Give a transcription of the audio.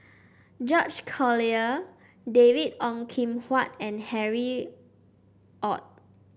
George Collyer David Ong Kim Huat and Harry Ord